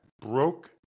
broke